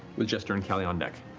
with jester and cali on deck.